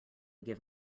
give